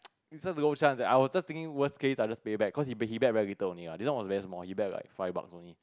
so the little chance that I was just thinking worse case I just pay back cause he bet he bet very little only lah this one was very small he bet like five bucks only